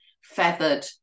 feathered